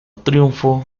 triunfo